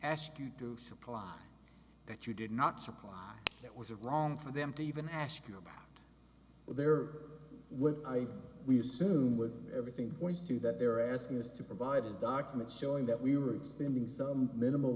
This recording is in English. ask you to supply that you did not supply it was it wrong for them to even ask you about their whip i we assume would everything points to that they're asking us to provide his documents showing that we were expanding some minimal